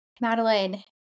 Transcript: Madeline